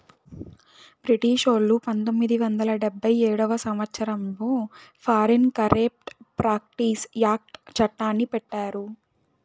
బ్రిటిషోల్లు పంతొమ్మిది వందల డెబ్భై ఏడవ సంవచ్చరంలో ఫారిన్ కరేప్ట్ ప్రాక్టీస్ యాక్ట్ చట్టాన్ని పెట్టారు